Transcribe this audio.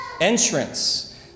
entrance